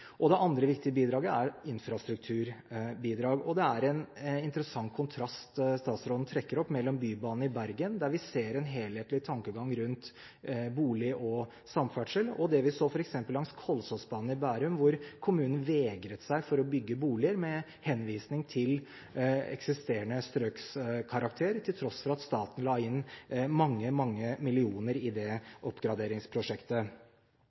Det andre viktige bidraget er infrastrukturbidrag. Det er en interessant kontrast statsråden trekker opp mellom Bybanen i Bergen, der vi ser en helhetlig tankegang rundt bolig og samferdsel, og det vi så f.eks. langs Kolsåsbanen i Bærum, hvor kommunen vegret seg for å bygge boliger med henvisning til eksisterende strøkskarakter, til tross for at staten la inn mange, mange millioner i